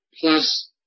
plus